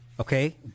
okay